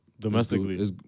Domestically